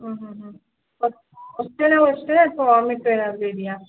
ಹ್ಞೂ ಹ್ಞೂ ಹ್ಞೂ ಹೊಟ್ಟೆ ನೋವು ಅಷ್ಟೆನಾ ಅಥ್ವ ವಾಮಿಟ್ ಏನಾದರು ಇದ್ಯಾ